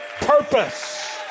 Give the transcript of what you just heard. purpose